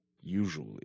usually